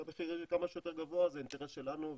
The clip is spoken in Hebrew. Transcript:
שהמחיר יהיה כמה שיותר גבוה זה האינטרס שלנו,